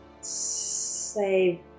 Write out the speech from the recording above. say